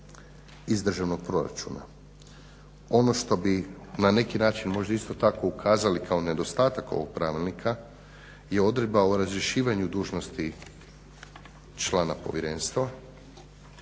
iz državnog proračuna. Ono što bi na neki način možda isto tako ukazali kao nedostatak ovog pravilnika je odredba o razrješenju dužnosti člana povjerenstva